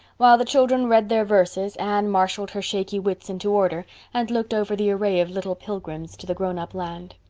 while the children read their verses anne marshalled her shaky wits into order and looked over the array of little pilgrims to the grownup land.